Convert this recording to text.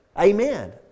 Amen